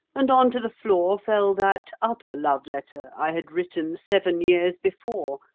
and on to the floor fell that other love-letter i had written seven years before,